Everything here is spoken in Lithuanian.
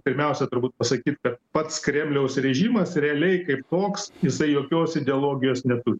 pirmiausia turbūt pasakyt kad pats kremliaus režimas realiai kaip toks jisai jokios ideologijos neturi